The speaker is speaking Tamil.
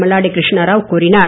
மல்லாடி கிருஷ்ணாராவ் கூறினார்